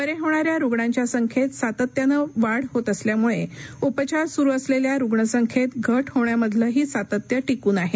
बरे होणाऱ्या रुग्णांच्या संख्येत सातत्यानं वाढ होत असल्यामुळे उपचार सुरू असलेल्या रुग्णसंख्येत घट होण्यामधलंही सातत्य टिकून आहे